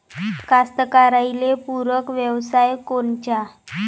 कास्तकाराइले पूरक व्यवसाय कोनचा?